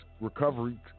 recovery